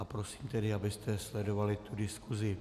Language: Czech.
Prosím tedy, abyste sledovali diskusi.